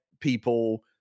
people